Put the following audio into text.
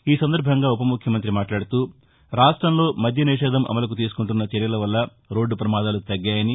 ఈ సందర్భంగా ఉ పముఖ్యమంత్రి మాట్లాదుతూ రాష్టంలో మద్య నిషేధం అమలుకు తీసుకుంటున్న చర్యల వల్ల రోడ్డు పమాదాలు తగ్గాయని